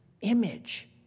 image